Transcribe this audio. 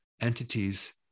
entities